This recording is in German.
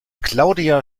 claudia